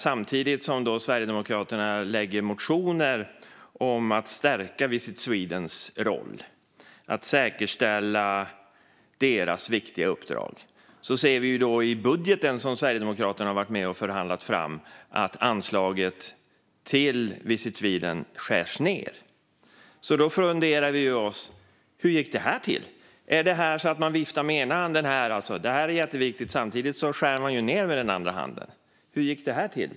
Samtidigt som Sverigedemokraterna lägger motioner om att stärka Visit Swedens roll och säkerställa deras viktiga uppdrag ser man i budgeten, som Sverigedemokraterna ju varit med och förhandlat fram, att anslaget till Visit Sweden skärs ned. Hur gick det till? Är det så att man å ena sidan säger att detta är jätteviktigt och å andra sidan samtidigt skär ned?